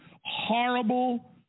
horrible